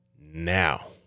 now